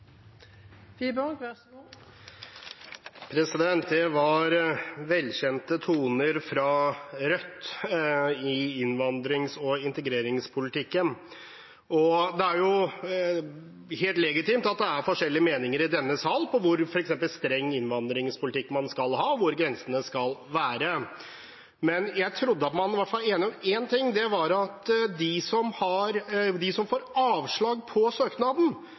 forskjellige meninger i denne sal om f.eks. hvor streng innvandringspolitikk man skal ha, og hvor grensene skal være. Men jeg trodde at man i hvert fall var enig om én ting, og det er at de som får avslag på søknaden,